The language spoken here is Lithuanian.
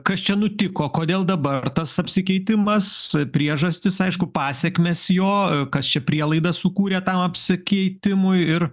kas čia nutiko kodėl dabar tas apsikeitimas priežastys aišku pasekmės jo kas čia prielaidas sukūrė tam apsikeitimui ir